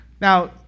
Now